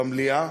במליאה,